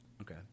Okay